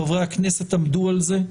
חברי הכנסת עמדו על זה.